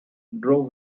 drove